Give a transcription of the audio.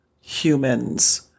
humans